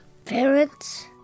Parents